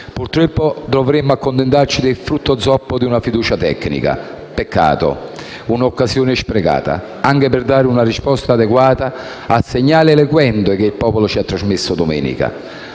Purtroppo dovremo accontentarci del frutto zoppo di una fiducia tecnica. Peccato! È un'occasione sprecata anche per dare una risposta adeguata al segnale eloquente che il popolo ci ha trasmesso domenica.